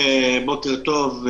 בוקר טוב,